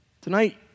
tonight